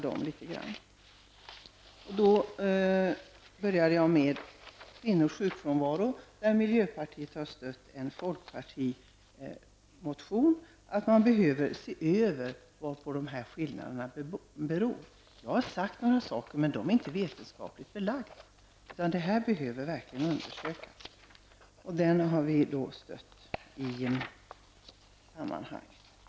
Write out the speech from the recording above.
Först gäller det kvinnors sjukfrånvaro. Vi i miljöpartiet stöder i detta sammanhang en folkpartimotion, där det framhålls att det är nödvändigt att se över denna fråga för att se vad skillnaderna beror på. Vad jag har sagt är inte vetenskapligt belagt. Dessa saker behöver således verkligen undersökas. Vi stödjer alltså den i detta sammanhang aktuella motionen.